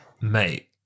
Mate